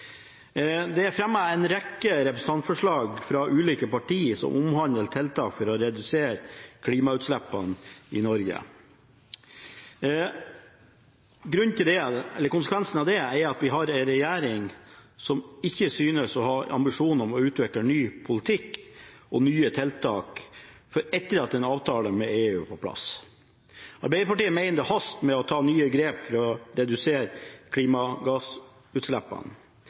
Det er fremmet en rekke representantforslag fra ulike partier som omhandler tiltak for å redusere klimautslippene i Norge. Dette er en konsekvens av at vi har en regjering som ikke synes å ha ambisjoner om å utvikle ny politikk og nye tiltak før etter at en avtale med EU er på plass. Arbeiderpartiet mener det haster med å ta nye grep for å redusere klimagassutslippene.